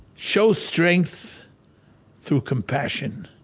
show strength through compassion,